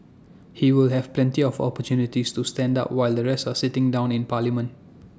he will have plenty of opportunities to stand up while the rest are sitting down in parliament